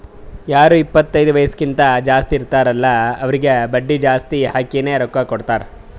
ಯಾರು ಇಪ್ಪತೈದು ವಯಸ್ಸ್ಕಿಂತಾ ಜಾಸ್ತಿ ಇರ್ತಾರ್ ಅಲ್ಲಾ ಅವ್ರಿಗ ಬಡ್ಡಿ ಜಾಸ್ತಿ ಹಾಕಿನೇ ರೊಕ್ಕಾ ಕೊಡ್ತಾರ್